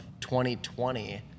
2020